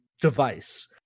device